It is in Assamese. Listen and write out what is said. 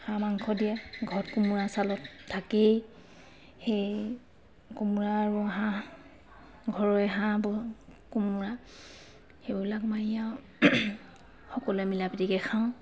হাঁহ মাংসদিয়ে ঘৰত কোমোৰা চালত থাকেই সেই কোমোৰা আৰু হাঁহ ঘৰৰে কোমোৰা সেইবিলাক মাৰি আৰু সকলোৱে মিলা প্ৰীতিকে খাওঁ